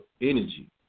energy